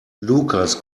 lukas